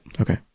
Okay